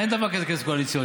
אין דבר כזה כסף קואליציוני.